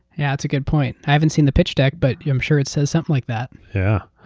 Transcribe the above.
yeah that's a good point. i haven't seen the pitch deck, but i'm sure it says something like that. yeah